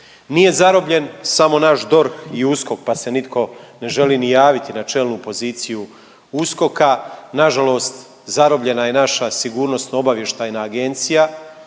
Nije zarobljen samo naš DORH i USKOK pa se nitko ne želi ni javiti na čelnu poziciju USKOK-a. Nažalost zarobljena je naša SOA, okupirana i onda